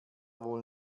wohl